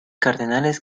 cardenales